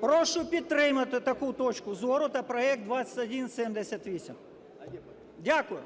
Прошу підтримати таку точку зору та проект 2178. Дякую.